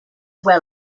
well